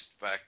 back